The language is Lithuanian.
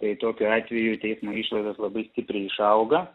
tai tokiu atveju teismo išlaidos labai stipriai išauga